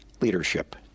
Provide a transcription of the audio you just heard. leadership